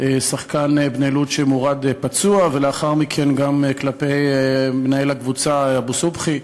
שחקן "בני לוד" שהורד פצוע ולאחר מכן גם כלפי מנהל הקבוצה אבו סובחי.